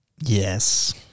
Yes